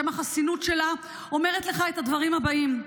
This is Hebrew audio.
בשם החסינות שלה אומרת לך את הדברים הבאים: